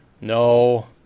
no